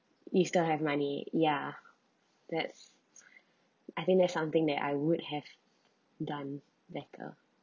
if still have money ya that's I think that's something that I would have done better